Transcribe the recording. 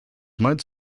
meinst